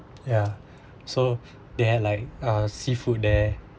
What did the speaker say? ya so they had like uh seafood there